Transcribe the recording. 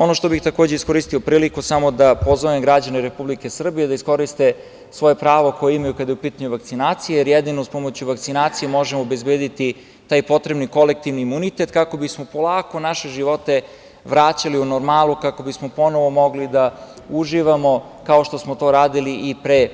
Ono što bih takođe iskoristio priliku samo da pozovem građane Republike Srbije da iskoriste svoje pravo koje imaju kada je u pitanju vakcinacija, jer jedino uz pomoć vakcinacije možemo obezbediti taj potrebni kolektivni imunitet kako bismo polako naše živote vraćali u normalu, kako bismo ponovo mogli da uživamo kao što smo to radili i pre